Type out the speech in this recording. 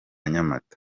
nyamata